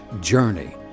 journey